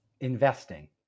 investing